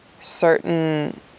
certain